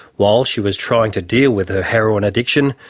while she was trying to deal with ah heroin addiction,